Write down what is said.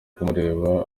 kumureba